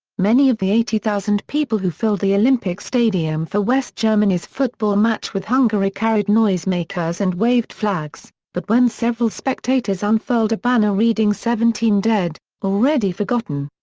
many of the eighty thousand people who filled the olympic stadium for west germany's football match with hungary carried noisemakers and waved flags, but when several spectators unfurled a banner reading seventeen dead, already forgotten?